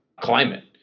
climate